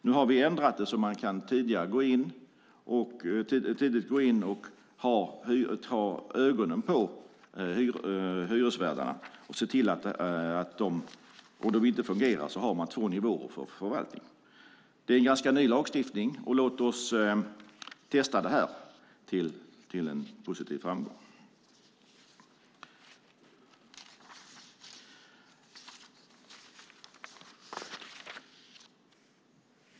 Nu har vi ändrat så man kan gå in tidigt och ha ögonen på hyresvärdarna. Om de inte fungerar finns det två nivåer för förvaltning. Det är en ganska ny lagstiftning. Låt oss testa detta till positiv framgång.